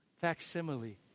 Facsimile